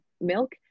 milk